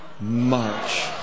March